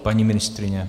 Paní ministryně?